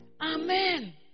Amen